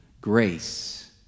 grace